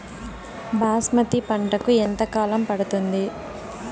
బాస్మతి పంటకు ఎంత కాలం పడుతుంది?